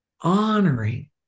honoring